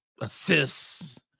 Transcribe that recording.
assists